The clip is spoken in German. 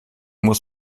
muss